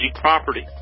property